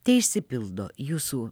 teišsipildo jūsų